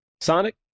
Sonic